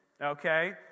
Okay